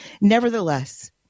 Nevertheless